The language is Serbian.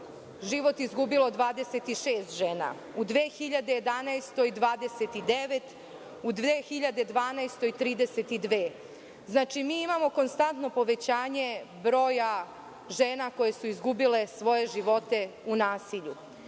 život izgubilo 26 žena, u 2011. godini – 29, u 2012. godini – 32. Znači, mi imamo konstantno povećanje broja žena koje su izgubile svoje živote u nasilju.